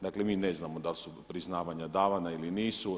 Dakle, mi ne znamo da li su priznavanja davana ili nisu.